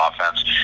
offense